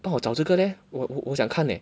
帮我找这个 leh 我我想看 leh